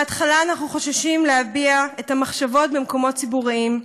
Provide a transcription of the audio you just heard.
בהתחלה אנחנו חוששים להביע את המחשבות במקומות ציבוריים,